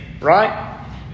right